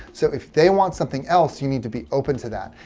so if they want something else, you need to be open to that.